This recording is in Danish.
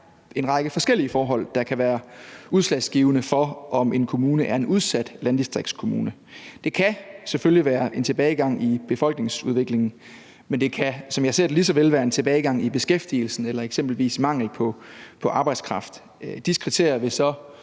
der er en række forskellige forhold, der kan være udslagsgivende for, om en kommune er en udsat landdistriktskommune. Det kan selvfølgelig være en tilbagegang i befolkningsudviklingen, men det kan, som jeg ser det, lige såvel være en tilbagegang i beskæftigelsen eller eksempelvis være mangel på arbejdskraft. Disse kriterier vil så